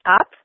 up